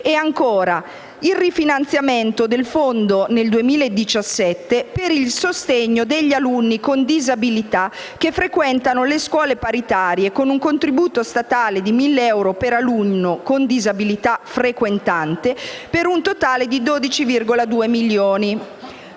ancora, il rifinanziamento del fondo nel 2017 per il sostegno degli alunni con disabilità che frequentano le scuole paritarie con un contributo statale di 1.000 euro per alunno con disabilità frequentante, per un totale di 12,2 milioni.